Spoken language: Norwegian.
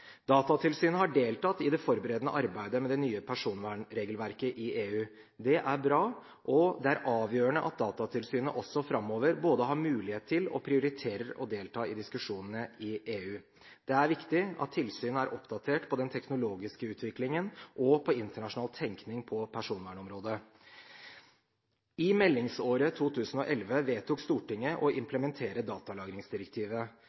Datatilsynet har deltatt i det forberedende arbeidet med det nye personvernregelverket i EU. Det er bra, og det er avgjørende at Datatilsynet også framover både har mulighet til og prioriterer å delta i diskusjonene i EU. Det er viktig at tilsynet er oppdatert på den teknologiske utviklingen og på internasjonal tenkning på personvernområdet. I meldingsåret 2011 vedtok Stortinget å